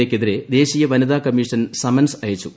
എയ്ക്കെതിരെ ദേശീയ വനിതാ commission summons അയച്ചു